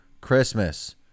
Christmas